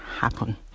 happen